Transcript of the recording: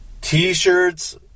T-shirts